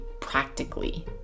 practically